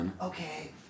Okay